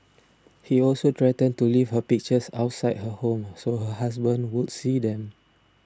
he also threatened to leave her pictures outside her home so her husband would see them